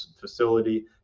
facility